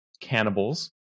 cannibals